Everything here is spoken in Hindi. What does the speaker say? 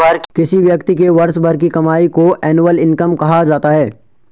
किसी व्यक्ति के वर्ष भर की कमाई को एनुअल इनकम कहा जाता है